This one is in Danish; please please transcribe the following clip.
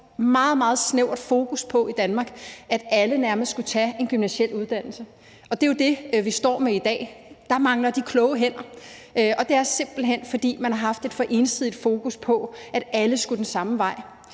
meget snævert fokus på, at alle nærmest skulle tage en gymnasial uddannelse. Og det, vi står med i dag, er jo, at der mangler de kloge hænder, og det er simpelt hen, fordi man har haft et for ensidigt fokus på, at alle skulle den samme vej.